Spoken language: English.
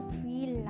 feel